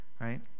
right